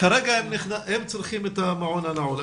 כרגע הם צריכים את המקום הנעול.